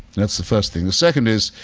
that's the first thing. the second is,